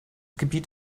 gebiet